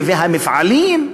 והמפעלים,